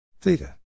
theta